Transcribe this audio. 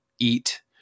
eat